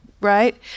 right